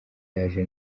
yaje